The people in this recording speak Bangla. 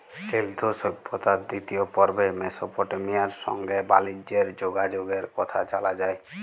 সিল্ধু সভ্যতার দিতিয় পর্বে মেসপটেমিয়ার সংগে বালিজ্যের যগাযগের কথা জালা যায়